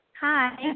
Hi